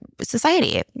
society